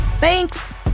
Thanks